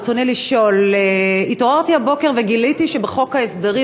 ברצוני לשאול: התעוררתי הבוקר וגיליתי שבחוק ההסדרים